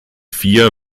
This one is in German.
vier